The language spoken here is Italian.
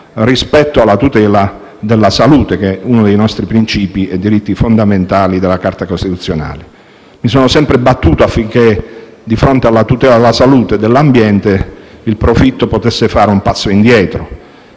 rispetto alla tutela della salute, che è uno dei nostri princìpi e diritti fondamentali riconosciuti dalla Carta costituzionale. Mi sono sempre battuto affinché, di fronte alla tutela della salute e dell’ambiente, il profitto potesse fare un passo indietro